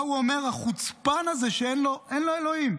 מה הוא אומר, החוצפן הזה, שאין לו אלוהים?